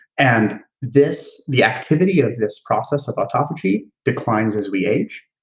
and this, the activity of this process of autophagy declines as we age,